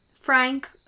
Frank